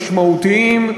משמעותיים,